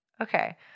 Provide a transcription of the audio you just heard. Okay